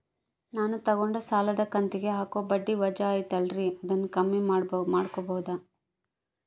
ನಾನು ತಗೊಂಡ ಸಾಲದ ಕಂತಿಗೆ ಹಾಕೋ ಬಡ್ಡಿ ವಜಾ ಐತಲ್ರಿ ಅದನ್ನ ಕಮ್ಮಿ ಮಾಡಕೋಬಹುದಾ?